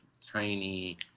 tiny